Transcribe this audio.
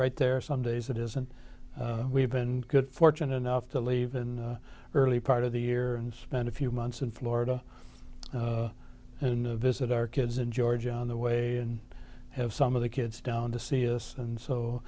right there some days it isn't we've been good fortunate enough to leave and early part of the year and spend a few months in florida and visit our kids in georgia on the way and have some of the kids down to see this and so